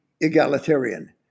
egalitarian